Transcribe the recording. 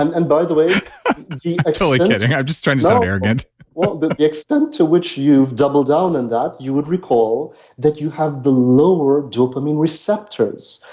and and by the waydave ah totally kidding, i'm just trying to sound arrogant well, the the extent to which you've doubled down in that, you would recall that you have the lower dopamine receptors,